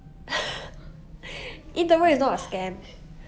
eh internet is not a scam